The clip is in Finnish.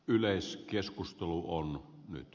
yleiskeskustelu on nyt